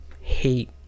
hate